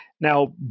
Now